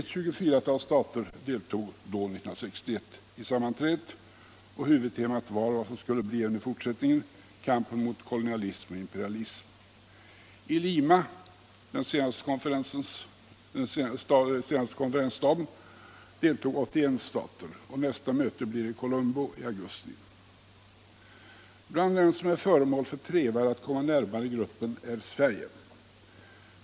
24 stater deltog i sammanträdet 1961, och huvudtemat var då, liksom det skulle bli även i fortsättningen, kampen mot kolonialism och imperialism. I Lima, den senaste konferensstaden, deltog 81 stater. Nästa möte blir i Colombo i augusti. Bland dem som är föremål för trevare att komma närmare gruppen är Sverige.